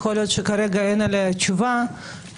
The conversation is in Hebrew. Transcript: יכולה להיות שכרגע אין עליה תשובה אבל